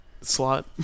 slot